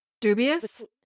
Dubious